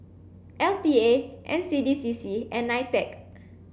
L T A N C D C C and NITEC